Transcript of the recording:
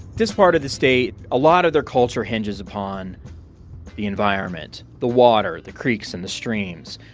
this part of the state a lot of their culture hinges upon the environment the water, the creeks and the streams.